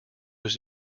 was